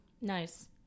Nice